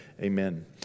amen